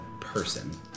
person